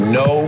no